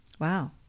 Wow